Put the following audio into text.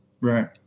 Right